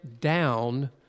down